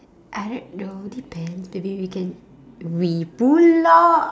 I don't know depends maybe we can we pula